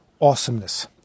awesomeness